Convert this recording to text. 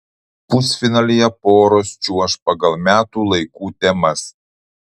pusfinalyje poros čiuoš pagal metų laikų temas